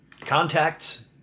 Contacts